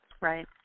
Right